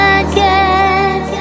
again